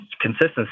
consistency